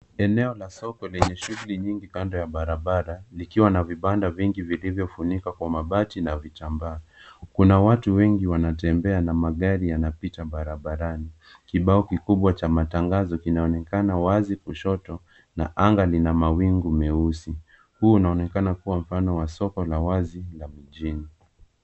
Eneo la soko lenye shughuli nyingi kando ya barabara likiwa na vibanda vingi vilivyofunikwa kwa mabati na vitambaa. Kuna watu wengi wanatembea na magari yanapita barabarani. Kibao kikubwa cha matangazo kinaonekana wazi kushoto na anga lina mawingu meusi. Huu unaonekana kuwa mfano wa soko la wazi la mjini.